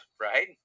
right